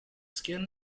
skin